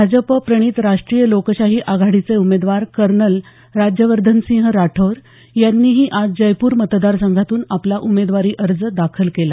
भाजप प्रणित राष्ट्रीय लोकशाही आघाडीचे उमेदवार कर्नल राज्यवर्धनसिंह राठौर यांनीही आज जयपूर मतदारसंघातून आपला उमेदवारी अर्ज दाखल केला